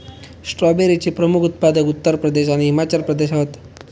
स्ट्रॉबेरीचे प्रमुख उत्पादक उत्तर प्रदेश आणि हिमाचल प्रदेश हत